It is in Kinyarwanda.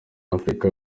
afurika